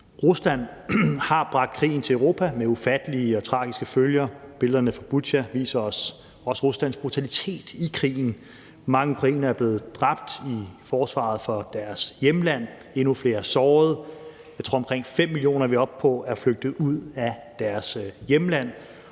Rusland har bragt krigen til Europa med ufattelige og tragiske følger. Billederne fra Butja viser os også Ruslands brutalitet i krigen. Mange ukrainere er blevet dræbt i forsvaret af deres hjemland, endnu flere er såret. Jeg tror, at vi er oppe på, at omkring 5 millioner er flygtet ud af deres hjemland,